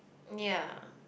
ya